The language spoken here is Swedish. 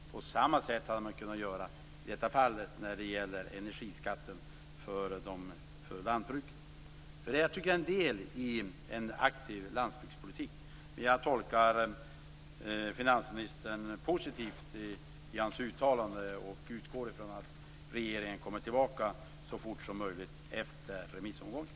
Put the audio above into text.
På samma sätt hade man kunnat göra i detta fall med energiskatten för lantbruken. Det är en del i en aktiv landsbygdspolitik. Men jag tolkar finansministerns uttalanden positivt och utgår från att regeringen kommer tillbaka så fort som möjligt efter remissomgången.